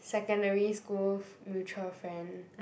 secondary school mutual friend